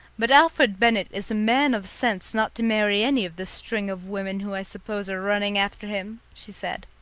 but alfred bennett is a man of sense not to marry any of the string of women who i suppose are running after him! she said.